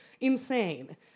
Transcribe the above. insane